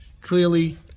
clearly